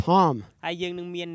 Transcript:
Tom